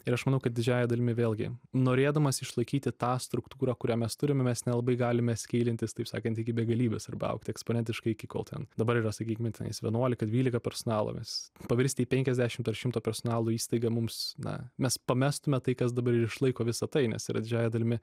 ir aš manau kad didžiąja dalimi vėlgi norėdamas išlaikyti tą struktūrą kurią mes turime mes nelabai galime skeilintis taip sakant iki begalybės arba augti eksponentiškai iki kol ten dabar yra sakykime tenais vienuolika dvylika personalo mes pavirsti į penkiasdešimt ar šimto personalo įstaigą mums na mes pamestume tai kas dabar ir išlaiko visa tai nes yra didžiąja dalimi